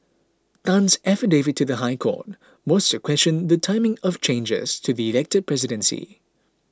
Tan's affidavit to the High Court was to question the timing of changes to the elected presidency